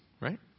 right